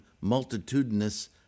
multitudinous